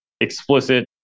explicit